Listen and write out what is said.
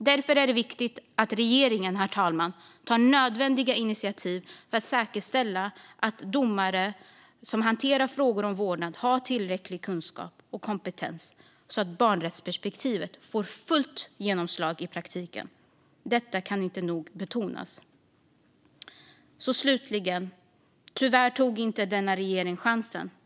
Därför är det viktigt att regeringen tar nödvändiga initiativ för att säkerställa att domare som hanterar frågor om vårdnad har tillräcklig kunskap och kompetens så att barnrättsperspektivet får fullt genomslag i praktiken. Detta kan inte nog betonas. Slutligen: Tyvärr tog inte denna regering chansen.